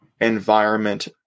environment